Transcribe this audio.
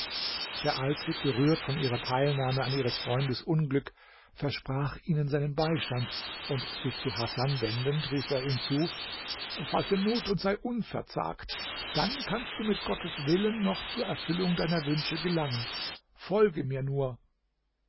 der alte gerührt von ihrer teilnahme an ihres freundes unglück versprach ihnen seinen beistand und sich zu hasan wendend rief er ihm zu fasse mut und sei unverzagt dann kannst du mit gottes willen noch zur erfüllung deiner wünsche gelangen folge mir nur